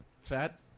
Fat